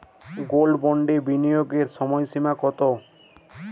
Gold বন্ডে বিনিয়োগের সময়সীমা কতো?